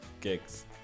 gigs